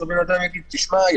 אז הבן אדם יגיד: ישנתי,